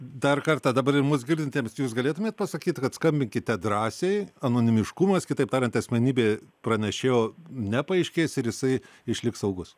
dar kartą dabar ir mūs girdintiems jūs galėtumėt pasakyt kad skambinkite drąsiai anonimiškumas kitaip tariant asmenybė pranešėjo nepaaiškės ir jisai išliks saugus